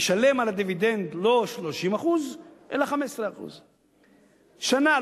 ישלם על דיבידנד לא 30% אלא 15%. שנה,